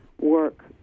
work